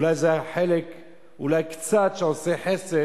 באיזה גסות,